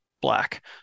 black